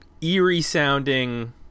eerie-sounding